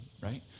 right